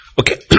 Okay